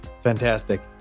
Fantastic